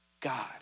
God